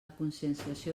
conscienciació